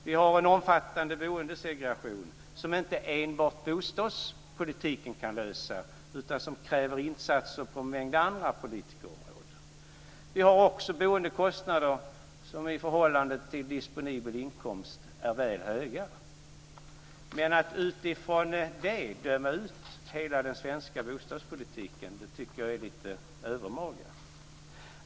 Vi har en omfattande boendesegregation, ett problem som inte enbart bostadspolitiken kan lösa utan som kräver insatser på en mängd andra politikområden. Vi har också boendekostnader som i förhållande till disponibla inkomster är väl höga. Men att utifrån det döma ut hela den svenska bostadspolitiken tycker jag är lite övermaga.